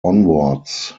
onwards